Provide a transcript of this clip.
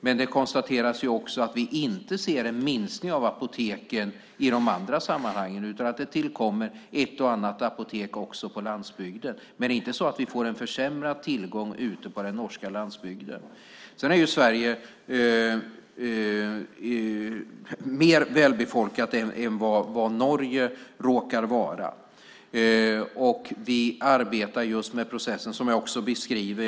Men det konstateras också att man inte ser en minskning av apoteken i de andra sammanhangen, utan det tillkommer ett och annat apotek också på landsbygden. Det är inte så att det är en försämrad tillgång ute på den norska landsbygden. Sedan är Sverige mer välbefolkat än vad Norge råkar vara. Vi arbetar just med processen, som jag också beskriver.